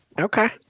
Okay